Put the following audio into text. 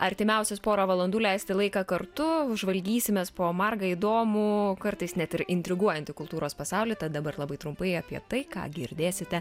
artimiausias porą valandų leisti laiką kartu žvalgysimės po margą įdomų kartais net ir intriguojantį kultūros pasaulį tad dabar labai trumpai apie tai ką girdėsite